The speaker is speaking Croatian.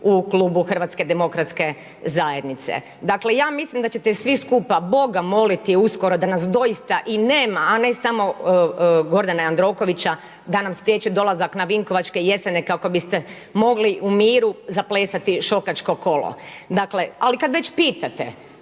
u Klubu HDZ-a. Dakle, ja mislim da ćete svi skupa Boga moliti uskoro, da nas doista i nema, a ne samo i Gordana Jandrokovića da nam spriječi dolazak na Vinkovačke jeseni, kako biste mogli u miru zaplesati šakačko kolo. Dakle, ali kada već pitate,